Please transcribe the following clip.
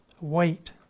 wait